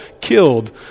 killed